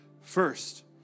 first